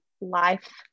life